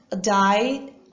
died